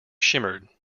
shimmered